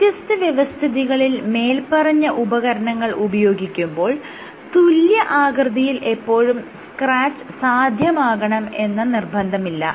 വ്യത്യസ്ത വ്യവസ്ഥിതികളിൽ മേല്പറഞ്ഞ ഉപകരണങ്ങൾ ഉപയോഗിക്കുമ്പോൾ തുല്യ ആകൃതിയിൽ എപ്പോഴും സ്ക്രാച്ച് സാധ്യമാകണം എന്ന് നിർബന്ധമില്ല